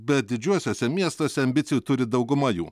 bet didžiuosiuose miestuose ambicijų turi dauguma jų